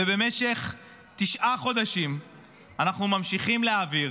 במשך תשעה חודשים אנחנו ממשיכים להעביר